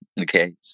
okay